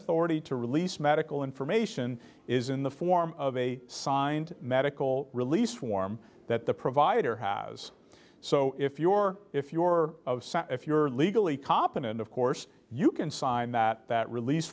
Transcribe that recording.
authority to release medical information is in the form of a signed medical release warm that the provider has so if your if your if you're legally competent of course you can sign that that release